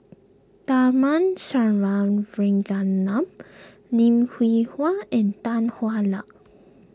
Tharman Shanmugaratnam Lim Hwee Hua and Tan Hwa Luck